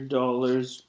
dollars